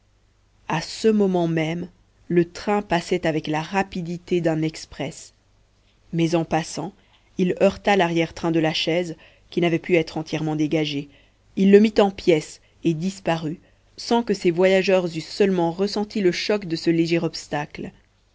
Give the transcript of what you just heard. a ce moment même le train passait avec la rapidité d'un express mais en passant il heurta l'arrière-train de la chaise qui n'avait pu être entièrement dégagée il le mit en pièces et disparut sans que ses voyageurs eussent seulement ressenti le choc de ce léger obstacle